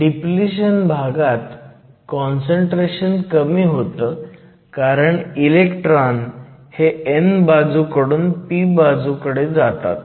depletion भागात concentration कमी होतं कारण इलेक्ट्रॉन हे n बाजूकडून p बाजूकडे जातात